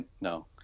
No